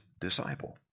disciple